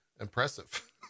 impressive